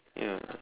ya